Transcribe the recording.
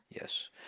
Yes